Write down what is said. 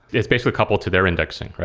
it's basically coupled to their indexing.